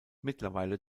mittlerweile